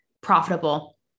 profitable